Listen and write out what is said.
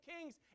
kings